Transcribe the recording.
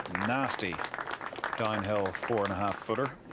nasty downhill for and a half footer